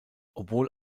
obwohl